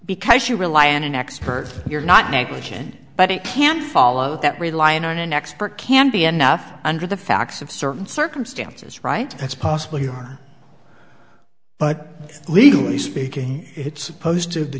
because you rely on an expert you're not negligent but it can follow that relying on an expert can be enough under the facts of certain circumstances right that's possible you are but legally speaking it's supposed to the